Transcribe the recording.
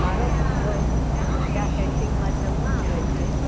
મારો પુત્ર આ કેન્ટીનમાં જમવા આવે છે